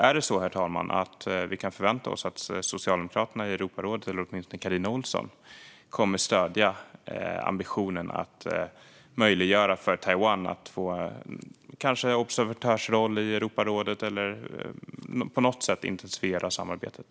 Är det så, herr talman, att vi kan förvänta oss att Socialdemokraterna i Europarådet, eller åtminstone Carina Ohlsson, kommer att stödja ambitionen att möjliggöra för Taiwan att kanske få en observatörsroll i Europarådet eller på något sätt intensifiera samarbetet?